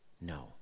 No